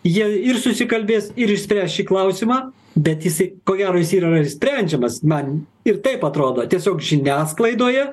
jei ir susikalbės ir išspręs šį klausimą bet jisai ko gero jisai yra ir sprendžiamas man ir taip atrodo tiesiog žiniasklaidoje